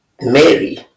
Mary